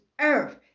earth